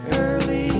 early